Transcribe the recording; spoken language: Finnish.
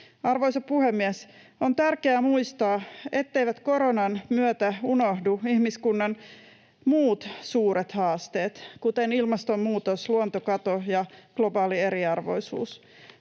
Arvoisa puhemies! On tärkeää muistaa, etteivät koronan myötä unohdu ihmiskunnan muut suuret haasteet, kuten ilmastonmuutos, luontokato ja globaali eriarvoisuus.